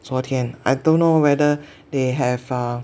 昨天 I don't know whether they have err